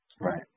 Right